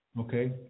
Okay